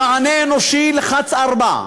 למענה אנושי לחץ 4,